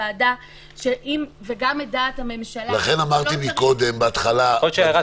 הוועדה וגם את דעת הממשלה --- לכן אמרתי בהתחלה שאנחנו